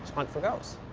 hunt for ghosts.